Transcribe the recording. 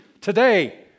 today